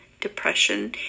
depression